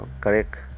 correct